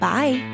Bye